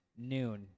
Noon